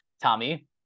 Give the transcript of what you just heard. Tommy